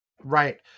right